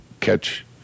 catch